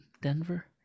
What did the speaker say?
Denver